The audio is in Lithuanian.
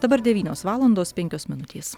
dabar devynios valandos penkios minutės